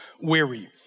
weary